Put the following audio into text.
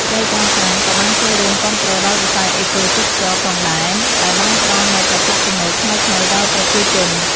ព្រៃកោងកាងក៏បានចូលរួមគាំទ្រដល់វិស័យអេកូទេសចរណ៍ផងដែរ ដែលបានផ្តល់នូវប្រភពចំណូលថ្មីៗដល់ប្រជាជន។